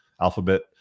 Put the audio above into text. alphabet